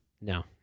No